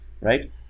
right